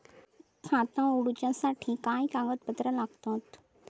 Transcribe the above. खाता उगडूच्यासाठी काय कागदपत्रा लागतत?